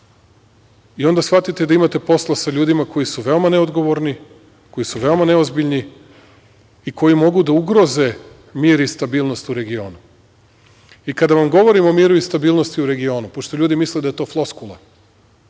i onda shvatite da imate posla sa ljudima koji su veoma neodgovorni, koji su veoma neozbiljni i koji mogu da ugroze mir i stabilnost u regionu. Kada vam govorim o miru i stabilnosti u regionu, pošto ljudi misle da je to floskula,